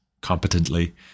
competently